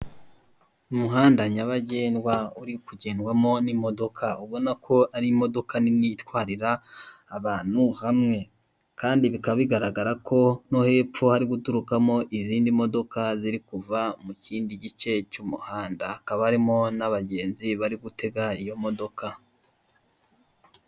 Icyapa cyamamaza inzoga ya AMSTEL, hariho icupa ry'AMSTEL ripfundikiye, hakaba hariho n'ikirahure cyasutswemo inzoga ya AMSTEL, munsi yaho hari imodoka ikindi kandi hejuru yaho cyangwa k'uruhande rwaho hari inzu. Ushobora kwibaza ngo AMSTEL ni iki? AMSTEL ni ubwoko bw'inzoga busembuye ikundwa n'abanyarwanada benshi, abantu benshi bakunda inzoga cyangwa banywa inzoga zisembuye, bakunda kwifatira AMSTEL.